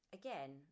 again